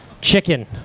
Chicken